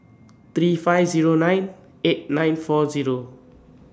three five Zero nine eight nine four Zero